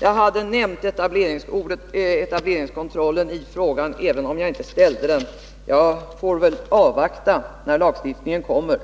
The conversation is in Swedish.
Jag hade nämnt ordet etableringskontroll i frågan, även om jag inte ställde någon fråga om den. Jag får väl avvakta och se när lagstiftningen kommer.